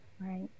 right